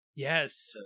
Yes